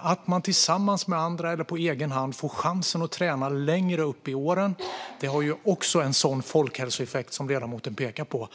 Att man tillsammans med andra eller på egen hand får chansen att träna längre upp i åren har en sådan folkhälsoeffekt som ledamoten pekade på.